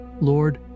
Lord